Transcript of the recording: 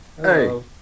Hey